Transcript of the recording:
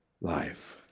life